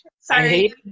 Sorry